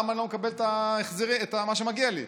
למה אני לא מקבל את מה שמגיע לי?